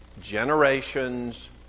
generations